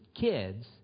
kids